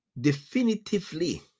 definitively